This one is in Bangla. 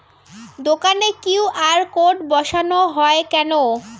দোকানে কিউ.আর কোড বসানো হয় কেন?